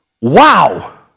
wow